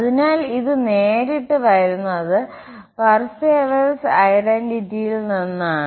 അതിനാൽ ഇത് നേരിട്ട് വരുന്നത് പർസേവൽസ് ഐഡന്റിറ്റിയിൽ നിന്നാണ്